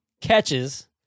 catches